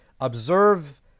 observe